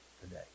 today